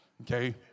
okay